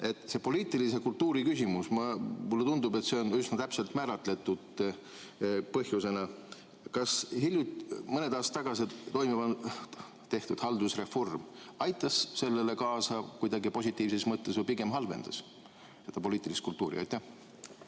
See on poliitilise kultuuri küsimus, mulle tundub, et see on üsna täpselt määratletud põhjusena. Kas hiljuti, mõned aastad tagasi tehtud haldusreform aitas sellele kaasa kuidagi positiivses mõttes või pigem halvendas seda poliitilist kultuuri? Aitäh!